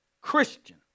Christian